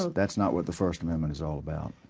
that's not what the first amendment is all about.